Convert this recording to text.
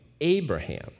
Abraham